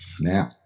Now